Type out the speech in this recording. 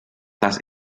tas